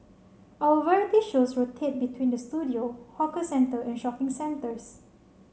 our variety shows rotate between the studio hawker centre and shopping centres